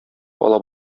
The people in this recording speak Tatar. ала